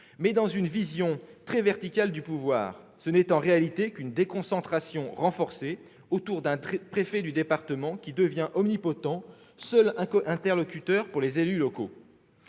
mais dans une vision très verticale du pouvoir. Ce n'est en réalité qu'une déconcentration renforcée autour d'un préfet de département qui devient omnipotent, seul interlocuteur pour les élus locaux.